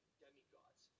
demigods